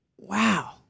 Wow